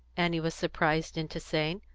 annie was surprised into saying,